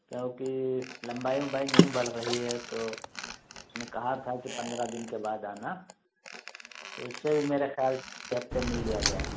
کیونکہ لمبائی امبائی نہیں بڑھ رہی ہے تو اس نے کہا تھا کہ پندرہ دن کے بعد آنا اس سے بھی میرے خیال ہفتے مل لیا جائے